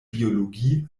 biologie